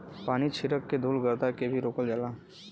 पानी छीरक के धुल गरदा के भी रोकल जाला